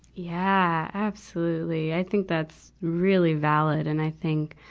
yeah, absolutely! i think that's really valid, and i think,